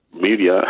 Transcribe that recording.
media